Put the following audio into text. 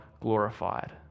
glorified